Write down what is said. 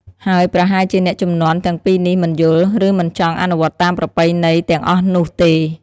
ហើយប្រហែលជាអ្នកជំនាន់ទាំងពីរនេះមិនយល់ ឬមិនចង់អនុវត្តតាមប្រពៃណីទាំងអស់នោះទេ។